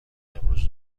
امروز